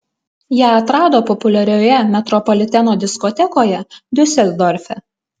ją atrado populiarioje metropoliteno diskotekoje diuseldorfe